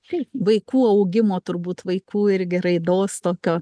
taip vaikų augimo turbūt vaikų irgi raidos tokio